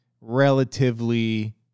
relatively